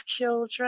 children